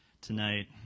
tonight